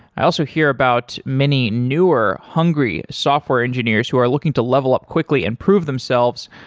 i also hear about many, newer, hungry software engineers who are looking to level up quickly and prove themselves.